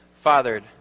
fathered